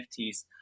NFTs